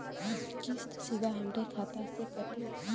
किस्त सीधा हमरे खाता से कटी?